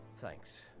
thanks